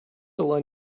align